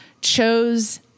chose